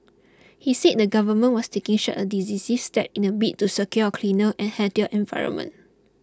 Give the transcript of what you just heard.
he said the government was taking such decisive steps in a bid to secure a cleaner and healthier environment